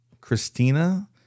Christina